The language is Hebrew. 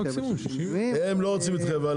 הם לא רוצים להתחייב.